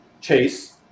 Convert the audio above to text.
chase